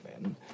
men